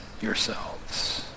yourselves